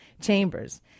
chambers